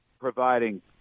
providing